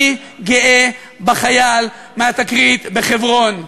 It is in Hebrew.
אני גאה בחייל מהתקרית בחברון.